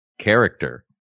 Character